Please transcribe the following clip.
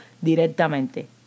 directamente